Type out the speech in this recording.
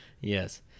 yes